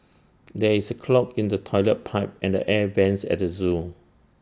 there is A clog in the Toilet Pipe and the air Vents at the Zoo